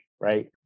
right